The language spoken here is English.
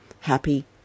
happy